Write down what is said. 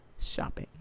shopping